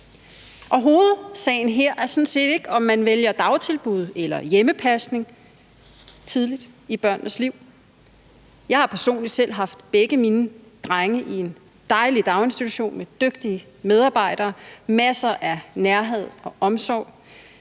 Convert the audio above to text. Hovedsagen her er sådan set ikke, om man vælger dagtilbud eller hjemmepasning tidligt i børnenes liv. Jeg har personligt selv haft begge mine drenge i en dejlig daginstitution med dygtige medarbejdere og masser af nærhed og omsorg,